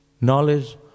knowledge